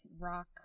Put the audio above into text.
Rock